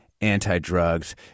anti-drugs